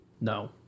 no